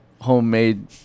homemade